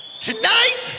Tonight